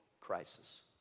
crisis